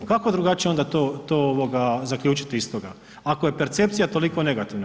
Kako drugačije onda to zaključiti iz toga ako je percepcija toliko negativna.